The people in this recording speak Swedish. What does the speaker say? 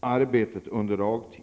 arbete under dagtid.